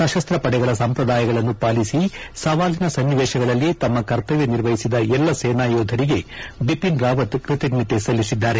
ಸಶಸ್ತ ಪಡೆಗಳ ಸಂಪ್ರದಾಯಗಳನ್ನು ಪಾಲಿಸಿ ಸವಾಲಿನ ಸನ್ನಿವೇಶಗಳಲ್ಲಿ ತಮ್ಮ ಕರ್ತವ್ಯ ನಿರ್ವಹಿಸಿದ ಎಲ್ಲ ಸೇನಾ ಯೋಧರಿಗೆ ಬಿಪಿನ್ ರಾವತ್ ಕೃತಜ್ಞತೆ ಸಲ್ಲಿಸಿದ್ದಾರೆ